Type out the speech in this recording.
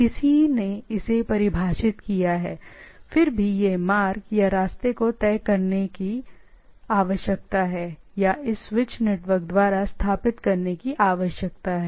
किसी ने इसे परिभाषित किया है ठीक है फिर भी इस मार्ग या रास्ते को तय करने की आवश्यकता है या इस स्विच नेटवर्क द्वारा स्थापित करने की आवश्यकता है